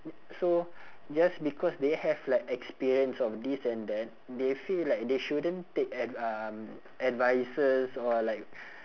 so just because they have like experience of this and that they feel like that they shouldn't take ad~ um advices or like